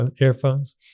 earphones